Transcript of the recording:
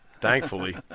Thankfully